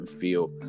feel